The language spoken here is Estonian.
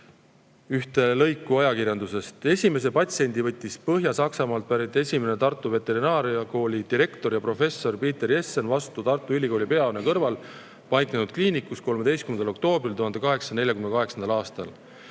ühte lõiku ajakirjandusest. "Esimese patsiendi võttis Põhja‑Saksamaalt pärit esimene Tartu Veterinaariakooli direktor ja professor Peter Jessen vastu Tartu Ülikooli peahoone kõrval paiknenud kliinikus 13. oktoobril 1848. Üheaastasel